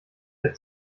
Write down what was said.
der